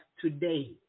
today